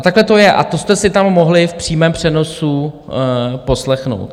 Takhle to je a to jste si tam mohli v přímém přenosu poslechnout.